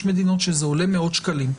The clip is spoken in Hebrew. יש מדינות שזה עולה בהן מאות שקלים.